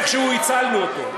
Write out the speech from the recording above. איכשהו הצלנו אותו.